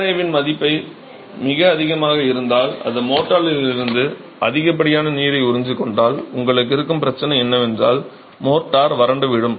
IRA வின் மதிப்பு மிக அதிகமாக இருந்தால் அது மோர்டரில் இருந்து அதிகப்படியான நீரை உறிஞ்சிக்கொண்டால் உங்களுக்கு இருக்கும் பிரச்சனை என்னவென்றால் மோர்ட்டார் வறண்டுவிடும்